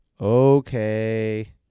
Okay